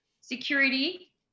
security